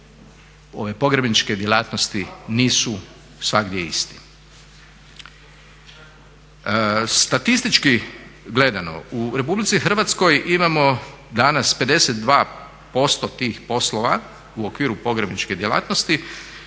ove pogrebničke djelatnosti nisu svugdje isti. Statistički gledano u RH imamo danas 52% tih poslova u okviru pogrebničke djelatnosti